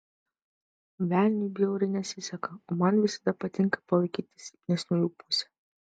velniui bjauriai nesiseka o man visada patinka palaikyti silpnesniųjų pusę